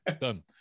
done